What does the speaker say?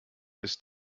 ist